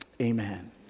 amen